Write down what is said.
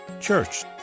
Church